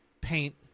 paint